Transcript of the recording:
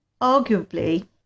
Arguably